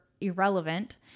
irrelevant